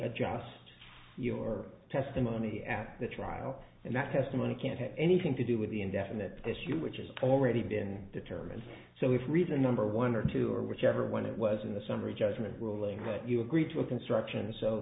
adjust your testimony at the trial and that testimony can't have anything to do with the indefinite tissue which is already been determined so if reason number one or two or whichever one it was in the summary judgment ruling that you agreed to a construction